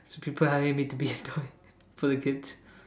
so people want me to be a toy for their kids